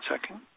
second